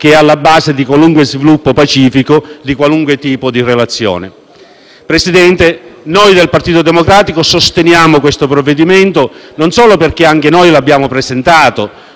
che è alla base di qualunque sviluppo pacifico, di qualunque tipo di relazione. Signor Presidente, noi del Partito Democratico sosteniamo questo provvedimento, non solo perché anche noi l'abbiamo presentato,